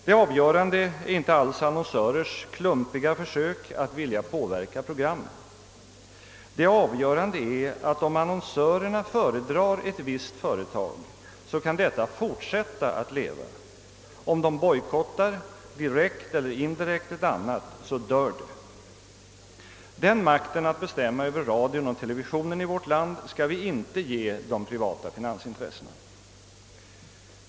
Det avgörande är inte alls annonsörers klumpiga försök att vilja påverka programmen, utan det är att om annonsörerna föredrar ett visst företag så kan detta fortsätta att leva, om de bojkottar — direkt eller indirekt — ett annat så dör det. Den makten att bestämma över radion och televisionen i vårt land skall vi inte ge de privata finansintressena.